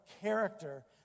character